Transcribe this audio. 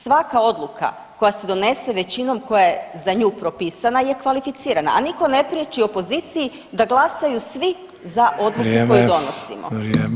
Svaka odluka koja se donose većinom koja je za nju propisana je kvalificirana, a nitko ne priječi opoziciji da glasaju svi za odluku koju donosimo